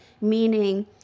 meaning